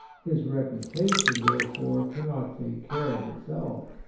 his reputation therefore cannot take care of itself.